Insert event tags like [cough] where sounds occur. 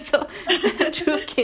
[laughs]